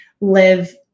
live